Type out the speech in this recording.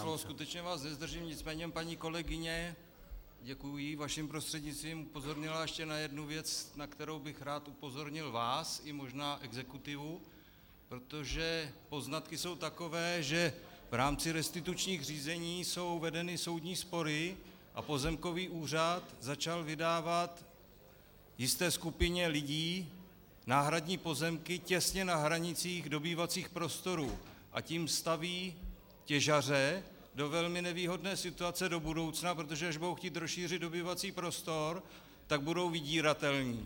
Skutečně vás nezdržím, nicméně paní kolegyně děkuji jí vaším prostřednictvím upozornila ještě na jednu věc, na kterou bych rád upozornil vás i možná exekutivu, protože poznatky jsou takové, že v rámci restitučních řízení jsou vedeny soudní spory a pozemkový úřad začal vydávat jisté skupině lidí náhradní pozemky těsně na hranicích dobývacích prostorů, a tím staví těžaře do velmi nevýhodné situace do budoucna, protože až budou chtít rozšířit dobývací prostor, tak budou vydíratelní.